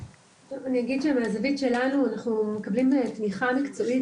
אני אגיד שמהזווית שלנו אנחנו מקבלים תמיכה מקצועית